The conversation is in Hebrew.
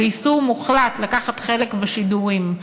ואיסור מוחלט לקחת חלק בשידורים,